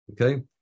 Okay